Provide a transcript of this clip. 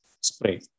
spray